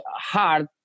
hard